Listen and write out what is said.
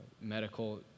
medical